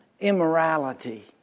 immorality